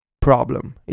problem